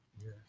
yes